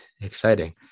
exciting